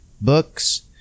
books